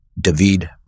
David